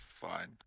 fine